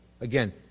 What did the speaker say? Again